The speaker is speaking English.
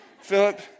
Philip